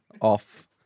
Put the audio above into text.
off